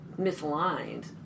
misaligned